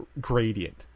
gradient